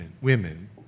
women